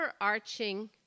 overarching